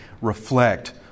reflect